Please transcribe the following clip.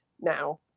now